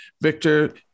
Victor